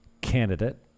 candidate